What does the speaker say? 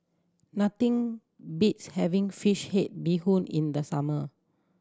nothing beats having fish head bee hoon in the summer